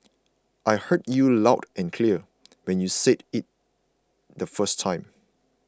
I heard you loud and clear when you said it the first time